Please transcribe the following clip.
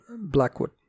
Blackwood